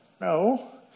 No